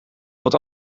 want